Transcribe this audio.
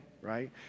right